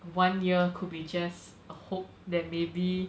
one year could be just a hope that maybe